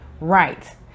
Right